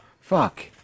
Fuck